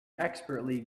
expertly